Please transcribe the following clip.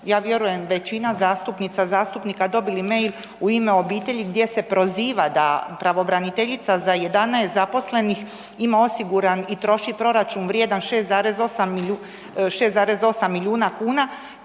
ja vjerujem većina zastupnica, zastupnika dobili mail „U ime obitelji“ gdje se proziva da pravobraniteljica za 11 zaposlenih ima osiguran i troši proračun vrijedan 6,8 milijuna kuna.